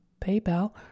PayPal